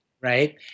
right